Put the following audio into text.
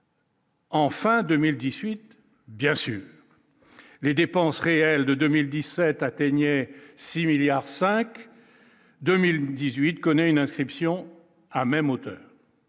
Enfin, 2010 18 bien sûr, les dépenses réelles de 2017 atteignait 6 milliards 5 2018 connaît une inscription à même hauteur,